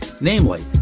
namely